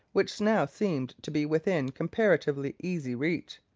which now seemed to be within comparatively easy reach.